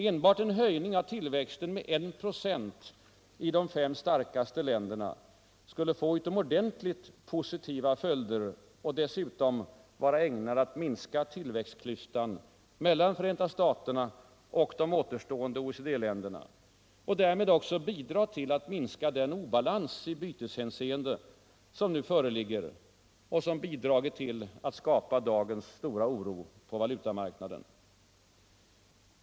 Enbart en höjning av tillväxten med 194 i de fem starkaste länderna skulle få utomordentligt positiva följder och dessutom vara ägnad att minska tillväxtklyftan mellan Förenta staterna och de återstående OECD-länderna och därmed också bidra till att minska den obalans i byteshänseende som nu föreligger och som bidragit till att skapa dagens stora oro på valutamarknaden.